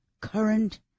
current